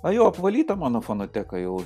o jau apvalytą mano fonoteka jau